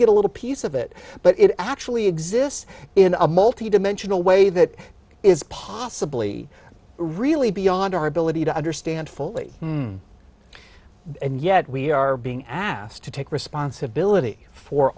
get a little piece of it but it actually exists in a multi dimensional way that is possibly really beyond our ability to understand fully and yet we are being asked to take responsibility for